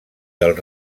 del